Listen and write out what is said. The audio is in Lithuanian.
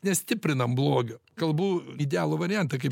nestiprinam blogio kalbu idealų variantą kaip